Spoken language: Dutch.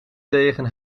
tegen